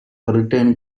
return